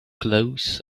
cloth